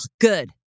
good